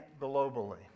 globally